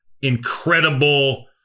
incredible